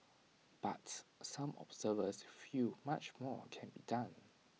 but some observers feel much more can be done